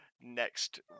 Next